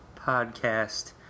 podcast